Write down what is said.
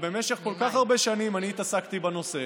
במשך כל כך הרבה שנים אני התעסקתי בנושא,